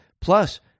Plus